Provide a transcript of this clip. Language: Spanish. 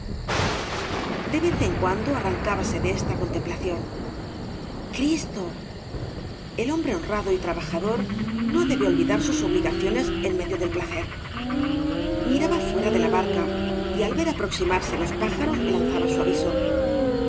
vez en cuando arrancábase de esta contemplación cristo el hombre honrado y trabajador no debe olvidar sus obligaciones en medio del placer miraba fuera de la barca y al ver aproximarse los pájaros lanzaba su aviso